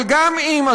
אבל גם אם,